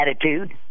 attitude